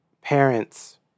parents